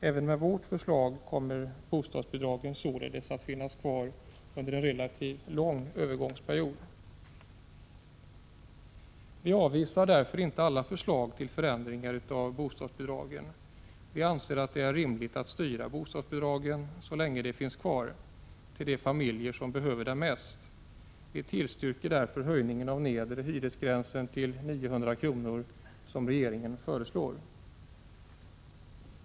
Även med vårt förslag kommer bostadsbidragen således att finnas kvar under en relativt lång övergångsperiod. Vi avvisar därför inte alla förslag till förändringar av bostadsbidragen. Vi anser att det är rimligt att styra bostadsbidragen, så länge de finns kvar, till de familjer som behöver dem mest. Vi tillstyrker därför den höjning av nedre hyresgränsen till 900 kr. som regeringen föreslår.